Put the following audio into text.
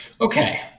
Okay